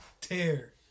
tear